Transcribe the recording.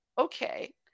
okay